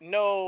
no